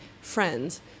friends